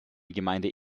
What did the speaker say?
gemeinde